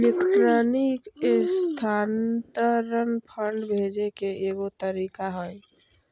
electronic स्थानान्तरण fund भेजे के एगो तरीका हइ